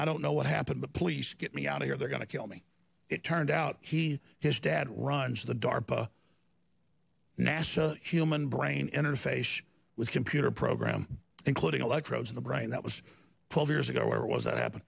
i don't know what happened the police get me out here they're going to kill me it turned out he his dad runs the darpa nasa human brain interface with computer program including electrodes in the brain that was twelve years ago or was it happened